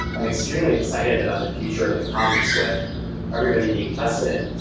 i'm extremely excited about the future that comes with everybody being tested.